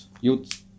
youths